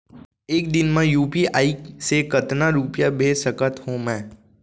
एक दिन म यू.पी.आई से कतना रुपिया भेज सकत हो मैं?